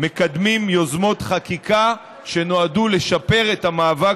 מקדמים יוזמות חקיקה שנועדו לשפר את המאבק